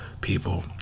people